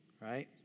right